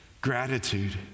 gratitude